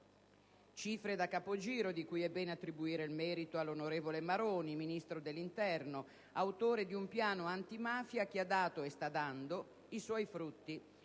cifre da capogiro, di cui è bene attribuire il merito al ministro dell'interno Maroni, autore di un piano antimafia che ha dato e sta dando i suoi frutti;